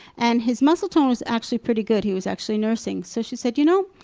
and his muscle tone was actually pretty good, he was actually nursing. so she said, you know,